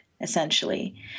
essentially